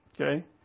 okay